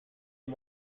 und